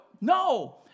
No